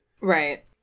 Right